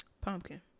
Pumpkin